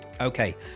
Okay